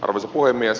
arvoisa puhemies